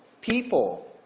people